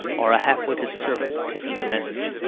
or a half-witted servant taking a message.